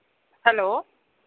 hello